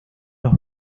los